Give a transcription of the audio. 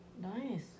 Nice